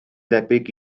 debyg